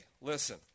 listen